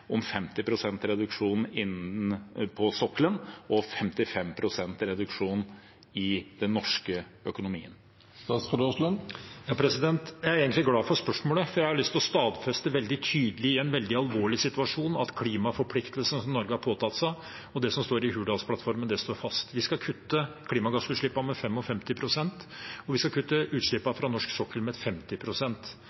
om 50 pst. reduksjon på sokkelen og 55 pst. reduksjon i den norske økonomien. Jeg er egentlig glad for spørsmålet, for jeg har lyst til å stadfeste veldig tydelig i en veldig alvorlig situasjon at klimaforpliktelsene som Norge har påtatt seg, og det som står i Hurdalsplattformen, står fast. Vi skal kutte klimagassutslippene med 55 pst, og vi skal kutte